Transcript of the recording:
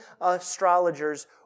astrologers